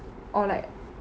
or like